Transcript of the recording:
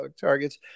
targets